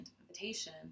invitation